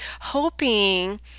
hoping